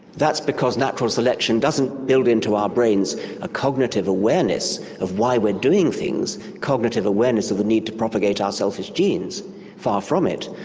that's because natural selection doesn't build into our brains a cognitive awareness of why we're doing things, cognitive awareness of the need to propagate our selfish genes far from it.